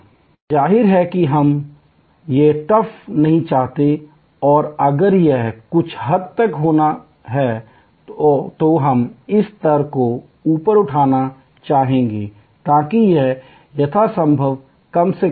और जाहिर है हम यह गर्त नहीं चाहते हैं और अगर यह कुछ हद तक होना है तो हम इस स्तर को ऊपर उठाना चाहेंगे ताकि यह यथासंभव कम से कम हो